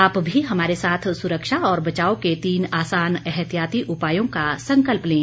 आप भी हमारे साथ सुरक्षा और बचाव के तीन आसान एहतियाती उपायों का संकल्प लें